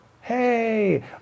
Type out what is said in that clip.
Hey